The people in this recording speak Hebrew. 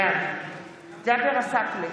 בעד ג'אבר עסאקלה,